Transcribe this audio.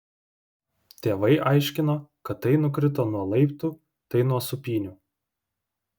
tėvai aiškino kad tai nukrito nuo laiptų tai nuo sūpynių